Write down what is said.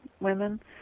women